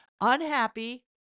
unhappy